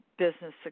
business